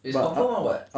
it's confirm [one] [what]